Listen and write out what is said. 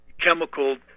Chemical